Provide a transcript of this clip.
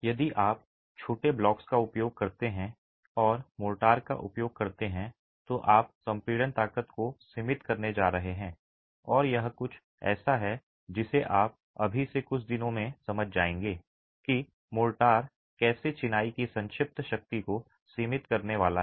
यदि आप छोटे ब्लॉक्स का उपयोग करते हैं और मोर्टार का उपयोग करते हैं तो आप संपीड़न ताकत को सीमित करने जा रहे हैं और यह कुछ ऐसा है जिसे आप अभी से कुछ दिनों में समझ जाएंगे कि मोर्टार कैसे चिनाई की संक्षिप्त शक्ति को सीमित करने वाला है